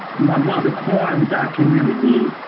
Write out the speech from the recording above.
my mother corn documentary,